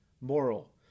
moral